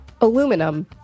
Aluminum